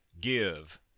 give